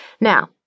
Now